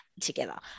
together